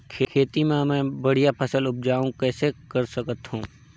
खेती म मै बढ़िया फसल उपजाऊ कइसे कर सकत थव?